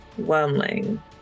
wormling